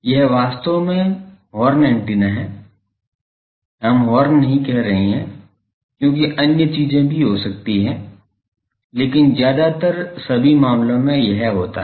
यह वास्तव में हॉर्न एंटीना है हम हॉर्न नहीं कह रहे हैं क्योंकि अन्य चीजें भी हो सकती हैं लेकिन ज्यादातर सभी मामलों में यह होता है